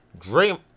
Draymond